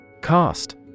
Cost